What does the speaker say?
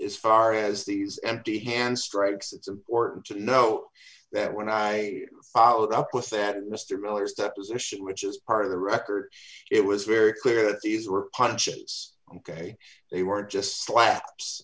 is far as these empty hands strikes it's important to know that when i followed up with that mr miller's deposition which is part of the record it was very clear that these were hunches ok they were just slaps